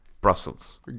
Brussels